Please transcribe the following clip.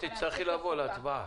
את תצטרכי לבוא להצבעה.